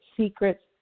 Secrets